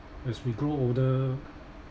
as we grow older